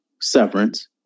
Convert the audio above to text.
severance